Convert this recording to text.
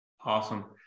Awesome